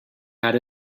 had